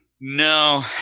No